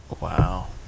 Wow